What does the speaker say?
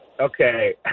okay